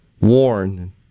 warn